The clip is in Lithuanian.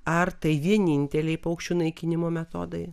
ar tai vieninteliai paukščių naikinimo metodai